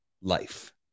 life